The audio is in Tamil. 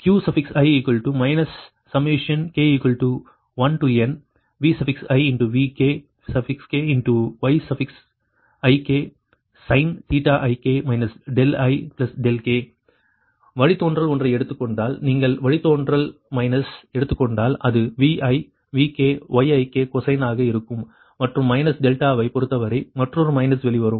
Qi k1nVi Vk Yiksin ik ik வழித்தோன்றல் ஒன்றை எடுத்துக் கொண்டால் நீங்கள் வழித்தோன்றல்வ் மைனஸை எடுத்துக் கொண்டால் அது Vi Vk Yik கொசைனாக இருக்கும் மற்றும் மைனஸ் டெல்டாவைப் பொறுத்தவரை மற்றொரு மைனஸ் வெளிவரும்